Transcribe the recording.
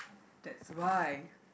that's why